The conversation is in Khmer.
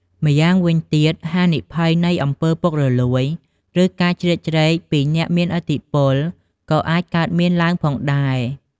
ម្យ៉ាងវិញទៀត ហានិភ័យនៃអំពើពុករលួយ ឬការជ្រៀតជ្រែកពីអ្នកមានឥទ្ធិពលក៏អាចកើតមានឡើងផងដែរ។